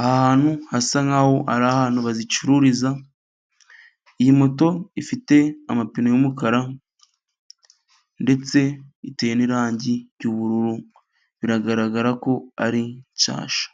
aha hantu hasa nk'aho ari ahantu bazicururiza, iyi moto ifite amapine y'umukara, ndetse iteye n'irangi ry'ubururu, biragaragara ko ari nshyashya.